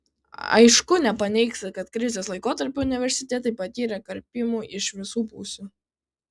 aišku nepaneigsi kad krizės laikotarpiu universitetai patyrė karpymų iš visų pusių